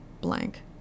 blank